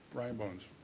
brian bones.